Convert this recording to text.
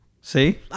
See